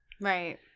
right